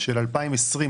של 2020,